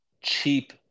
cheap